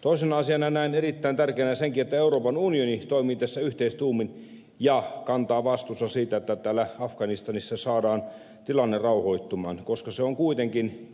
toisena asiana näen erittäin tärkeänä senkin että euroopan unioni toimii tässä yhteistuumin ja kantaa vastuunsa siitä että afganistanissa saadaan tilanne rauhoittumaan koska on kuitenkin